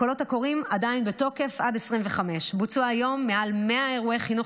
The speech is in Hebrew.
הקולות הקוראים עדיין בתוקף עד 2025. בוצעו עד היום מעל 100 אירועי חינוך